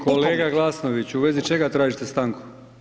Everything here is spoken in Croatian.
Kolega Glasnović, u vezi čega tražite stanku?